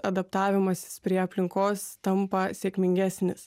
adaptavimasis prie aplinkos tampa sėkmingesnis